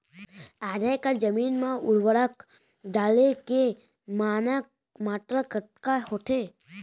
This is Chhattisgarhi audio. आधा एकड़ जमीन मा उर्वरक डाले के मानक मात्रा कतका होथे?